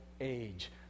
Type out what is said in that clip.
age